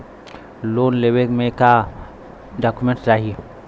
Loan लेवे मे का डॉक्यूमेंट चाही?